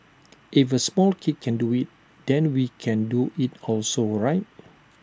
if A small kid can do IT then we can do IT also right